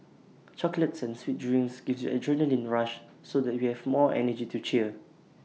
chocolates and sweet drinks gives adrenaline rush so that we have more energy to cheer